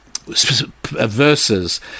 verses